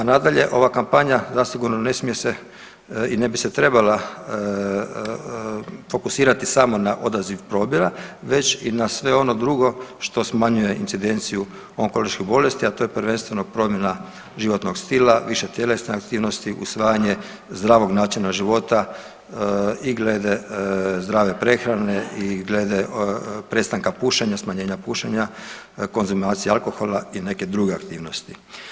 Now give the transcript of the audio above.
A nadalje ova kampanja zasigurno ne smije se i ne bi se trebala fokusirati samo na odaziv probira već i na sve ono drugo što smanjuje incidenciju onkoloških bolesti, a to je prvenstveno promjena životnog stila, više tjelesne aktivnosti, usvajanje zdravog načina života i glede zdravije prehrane i glede prestanka pušenja, smanjenja pušenja, konzumacije alkohola i neke druge aktivnosti.